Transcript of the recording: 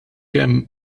hemm